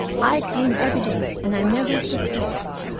i came every day, and i never suspected.